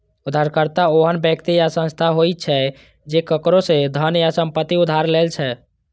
उधारकर्ता ओहन व्यक्ति या संस्था होइ छै, जे केकरो सं धन या संपत्ति उधार लै छै